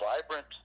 vibrant